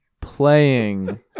playing